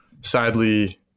sadly